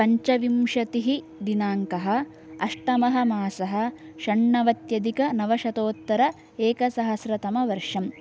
पञ्चविंशतिः दिनाङ्कः अष्टममासः षण्णवत्यधिक नवशतोत्तर एकसहस्रतमवर्षम्